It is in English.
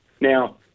Now